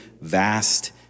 vast